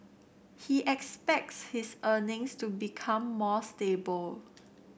he expects his earnings to become more stable